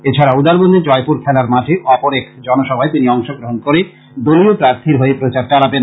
এছাড়া উধারবন্দে জয়পুর খেলার মাঠে অপর এক জনসভায় তিনি অংশ গ্রহন করে দলীয় প্রার্থীর হয়ে প্রচার চালাবেন